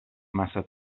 massa